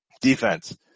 Defense